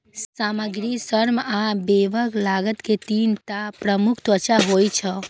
सामग्री, श्रम आ व्यय लागत के तीन टा प्रमुख तत्व होइ छै